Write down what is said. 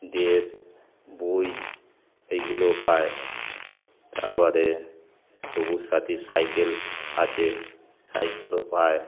dress বই এইগুলোও পায় তারপরে সবুজ সাথী সাইকেল আছে সাইকেলও পায়